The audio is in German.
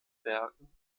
werken